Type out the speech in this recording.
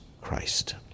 Christ